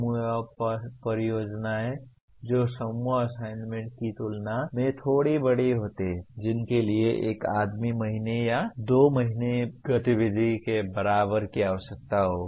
समूह परियोजनाएं जो समूह असाइनमेंट की तुलना में थोड़ी बड़ी होती हैं जिनके लिए एक आदमी महीने या दो मैन महीने गतिविधि के बराबर की आवश्यकता होगी